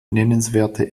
nennenswerte